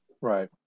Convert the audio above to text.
Right